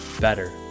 Better